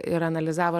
ir analizavo